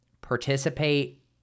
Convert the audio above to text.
participate